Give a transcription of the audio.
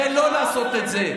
זה לא לעשות את זה.